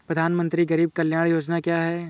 प्रधानमंत्री गरीब कल्याण योजना क्या है?